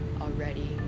already